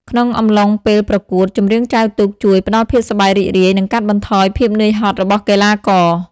ក្នុងអំឡុងពេលប្រកួត ចម្រៀងចែវទូកជួយ ផ្តល់ភាពសប្បាយរីករាយ និងកាត់បន្ថយភាពនឿយហត់របស់កីឡាករ។